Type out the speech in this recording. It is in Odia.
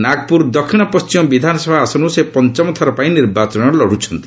ନାଗପୁର ଦକ୍ଷିଣ ପଣ୍ଟିମ ବିଧାନସଭା ଆସନରୁ ସେ ପଞ୍ଚମ ଥର ପାଇଁ ନିର୍ବାଚନ ଲଢୁଛନ୍ତି